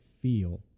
feel